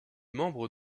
membres